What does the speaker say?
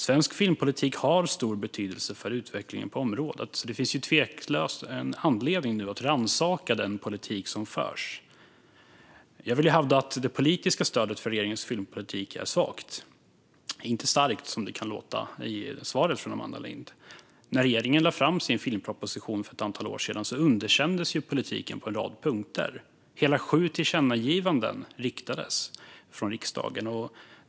Svensk filmpolitik har stor betydelse för utvecklingen på området, så det finns tveklöst anledning att rannsaka den politik som förs. Jag vill hävda att det politiska stödet för regeringens filmpolitik är svagt, inte starkt som det lät i svaret från Amanda Lind. När regeringen lade fram sin filmproposition för ett antal år sedan underkändes politiken på en rad punkter. Hela sju tillkännagivanden riktades från riksdagen.